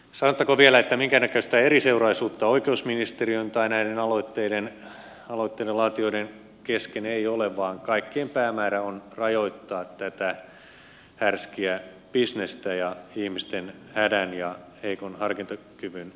sanottakoon vielä että minkäännäköistä eriseuraisuutta oikeusministeriön tai näiden aloitteiden laatijoiden kesken ei ole vaan kaikkien päämäärä on rajoittaa tätä härskiä bisnestä ja ihmisten hädän ja heikon harkintakyvyn hyväksikäyttöä